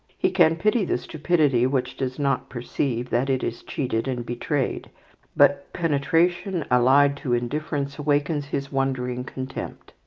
he can pity the stupidity which does not perceive that it is cheated and betrayed but penetration allied to indifference awakens his wondering contempt.